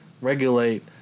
regulate